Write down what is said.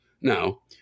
Now